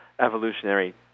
evolutionary